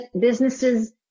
businesses